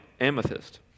amethyst